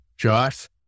Josh